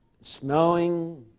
snowing